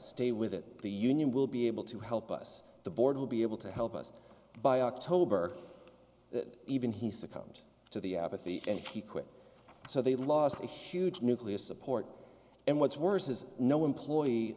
stay with it the union will be able to help us the board will be able to help us by october even he succumbed to the apathy and he quit so they lost a huge nucleus support and what's worse is no employee